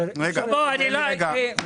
גם אחריות מועצת החלב